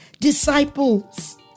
disciples